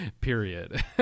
Period